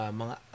mga